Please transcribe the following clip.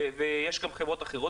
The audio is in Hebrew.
ויש גם חברות אחרות,